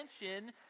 attention